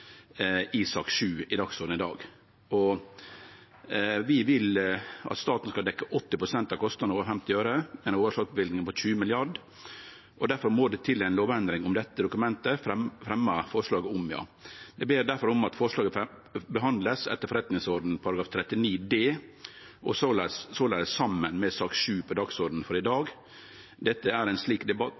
i sak nr. 7 på dagsordenen i dag. Vi vil at staten skal dekkje 80 pst. av kostnadene over 50 øre, som er ei overslagsløyving på 20 mrd. kr. Difor må det til ei lovendring, som det er fremja forslag om i dette dokument. Eg ber difor om at forslaget vert behandla etter forretningsordenens § 39 d og såleis saman med sak nr. 7 på dagsordenen i dag. Det er i ein slik felles debatt